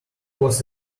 was